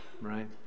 right